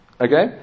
Okay